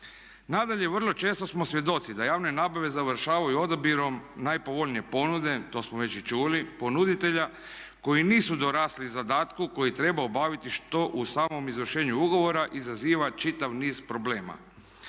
Nadalje, vrlo često smo svjedoci da javne nabave završavaju odabirom najpovoljnije ponude, to smo već i čuli ponuditelja koji nisu dorasli zadatku koji treba obaviti što u samom izvršenju ugovora izaziva čitav niz problema.